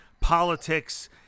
politics